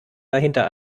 dahinter